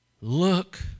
look